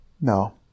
No